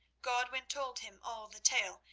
godwin told him all the tale,